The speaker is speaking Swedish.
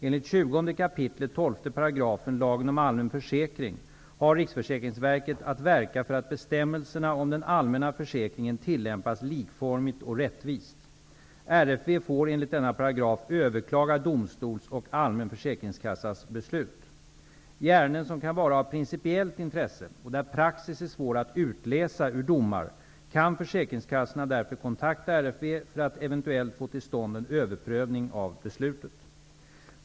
Enligt 20 kap. 12 § lagen om allmän försäkring har RFV att verka för att bestämmelserna om den allmänna försäkringen tillämpas likformigt och rättvist. RFV får enligt denna paragraf överklaga domstols och allmän försäkringskassas beslut. I ärenden som kan vara av principiellt intresse och där praxis är svår att utläsa ur domar kan försäkringskassorna därför kontakta RFV för att eventuellt få till stånd en överprövning av beslut.